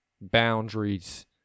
boundaries